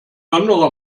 anderer